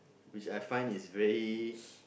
which I find is very